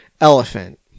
elephant